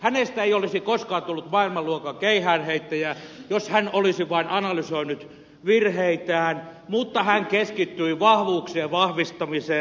hänestä ei olisi koskaan tullut maailmanluokan keihäänheittäjää jos hän olisi vain analysoinut virheitään hän keskittyi vahvuuksien vahvistamiseen